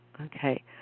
okay